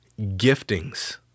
giftings